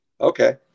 Okay